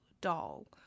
doll